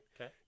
Okay